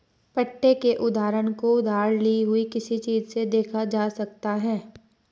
पट्टे के उदाहरण को उधार ली हुई किसी चीज़ से देखा जा सकता है